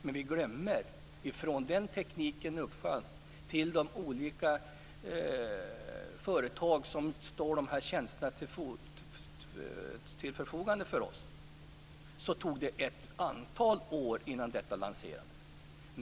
Men vi glömmer att från det att tekniken uppfanns till alla de företag som i dag står till förfogande med alla dessa tjänster har det gått ett antal år.